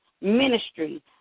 Ministry